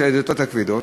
של הדלתות הכבדות.